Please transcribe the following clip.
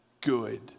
good